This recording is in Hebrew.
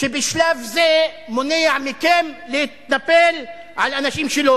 שבשלב זה מונע מכם להתנפל על אנשים שלו,